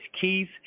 keith